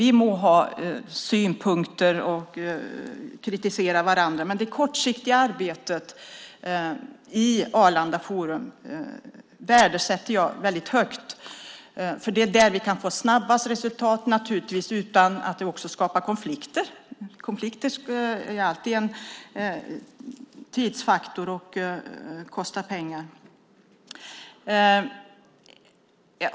Vi må ha synpunkter och kritisera varandra, men jag värdesätter det kortsiktiga arbetet i Arlanda forum väldigt högt, för det är naturligtvis där vi kan få snabbast resultat utan att det också skapas konflikter. Konflikter är alltid en tidsfaktor och kostar också pengar.